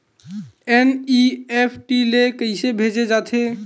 NEFT ले कइसे भेजे जाथे?